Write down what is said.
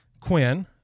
Quinn